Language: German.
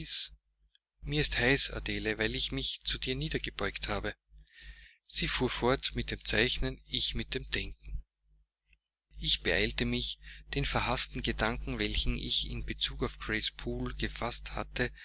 mir ist heiß adele weil ich mich zu dir niedergebeugt habe sie fuhr fort mit dem zeichnen ich mit dem denken ich beeilte mich den verhaßten gedanken welchen ich in bezug auf grace poole gefaßt hatte